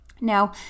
Now